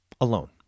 alone